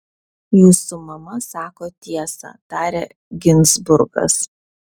jūsų mama sako tiesą tarė ginzburgas